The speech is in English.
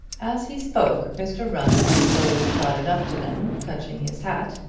as he spoke mr. runce slowly trotted up to them touching his hat,